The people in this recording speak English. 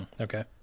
Okay